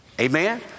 Amen